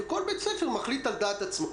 כל בית ספר מחליט על דעת עצמו,